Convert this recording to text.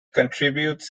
contributes